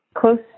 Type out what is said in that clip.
close